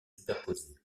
superposés